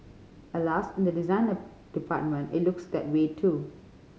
alas in the designer department it looks that way too